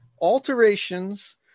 alterations